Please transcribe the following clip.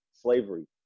Slavery